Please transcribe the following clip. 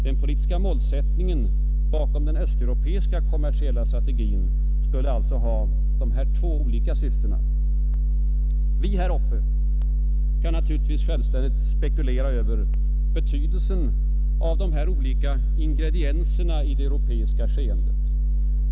Den politiska målsättningen bakom den europeiska kommersiella strategin skulle alltså ha de här två olika syftena. Vi här uppe kan naturligtvis självständigt spekulera över betydelsen av de här olika ingredienserna i det europeiska skeendet.